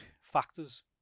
factors